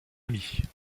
amie